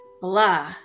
blah